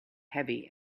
heavy